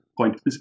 point